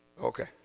okay